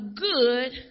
good